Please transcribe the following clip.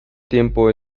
tiempo